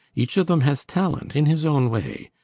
each of them has talent in his own way.